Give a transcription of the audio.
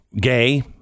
gay